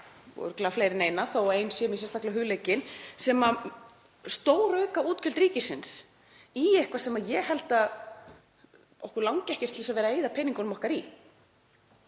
fleiri en eina, þótt ein sé mér sérstaklega hugleikin, sem stórauka útgjöld ríkisins í eitthvað sem ég held að okkur langi ekkert til þess að vera að eyða peningunum okkar í.